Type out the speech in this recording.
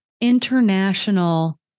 international